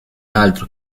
altro